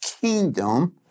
kingdom